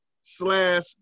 slash